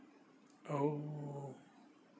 orh